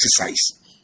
exercise